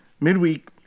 Midweek